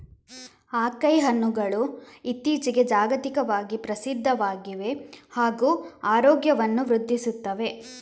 acai ಹಣ್ಣುಗಳು ಇತ್ತೀಚಿಗೆ ಜಾಗತಿಕವಾಗಿ ಪ್ರಸಿದ್ಧವಾಗಿವೆ ಹಾಗೂ ಆರೋಗ್ಯವನ್ನು ವೃದ್ಧಿಸುತ್ತವೆ